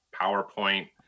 PowerPoint